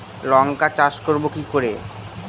লঙ্কা চাষ করব কি করে?